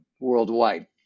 worldwide